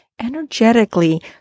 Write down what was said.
energetically